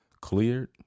cleared